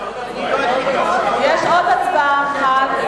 יש עוד הצבעה אחת,